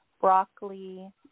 broccoli